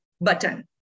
button